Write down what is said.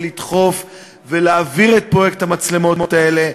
ולדחוף ולהעביר את פרויקט המצלמות הזה,